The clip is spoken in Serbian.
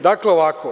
Dakle ovako